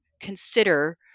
consider